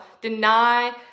Deny